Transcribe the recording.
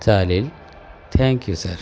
चालेल thank you sir